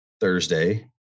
Thursday